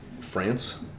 France